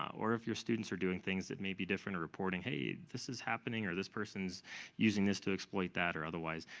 or if your students are doing things that may be different, or reporting, hey, this is happening, or, this person's using this to exploit that, or otherwise,